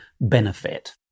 benefit